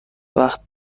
وقت